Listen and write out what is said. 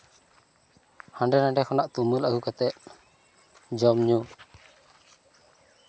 ᱦᱟᱱᱰᱮ ᱱᱷᱟᱰᱮ ᱠᱷᱚᱱᱟᱜ ᱛᱩᱢᱟᱹᱞ ᱟᱜᱩ ᱠᱟᱛᱮᱜ ᱡᱚᱢ ᱧᱩ